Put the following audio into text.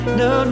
no